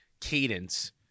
cadence